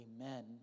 Amen